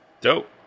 Dope